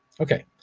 okay,